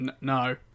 no